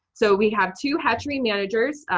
so we have two hatchery managers.